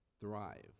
thrive